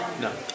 No